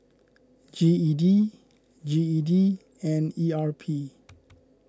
G E D G E D and E R P